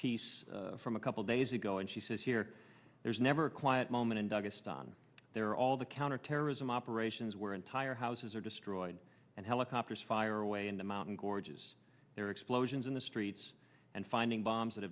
piece from a couple days ago and she says here there's never a quiet moment and august on there all the counterterrorism operations where entire houses are destroyed and helicopters fire away in the mountain gorges there are explosions in the streets and finding bombs that